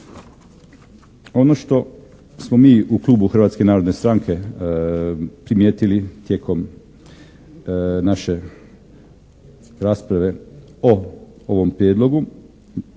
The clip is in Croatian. Ono što smo mi u klubu Hrvatske narodne stranke primijetili tijekom naše rasprave o ovom prijedlogu